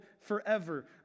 forever